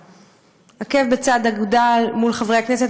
עקב בצד אגודל מול חברי הכנסת,